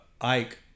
Ike